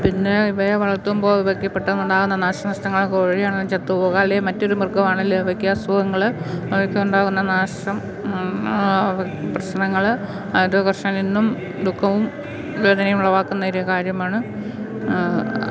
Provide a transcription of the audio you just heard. പിന്നെ ഇവയെ വളർത്തുമ്പോള് ഇവയ്ക്ക് പെട്ടെന്നുണ്ടാകുന്ന നാശനഷ്ടങ്ങൾ കോഴിയാണെങ്കില് ചത്തുപോകാം അല്ലെങ്കില് മറ്റൊരു മൃഗമാണെങ്കില് അവയ്ക്ക് അസുഖങ്ങള് അവയ്ക്കുണ്ടാക്കുന്ന നാശം പ്രശ്നങ്ങള് അത് കർഷകന് എന്നും ദുഃഖവും വേദനയും ഉളവാക്കുന്നൊരു കാര്യമാണ്